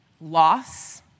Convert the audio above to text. loss